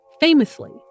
famously